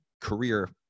career